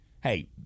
hey